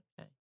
Okay